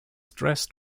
stress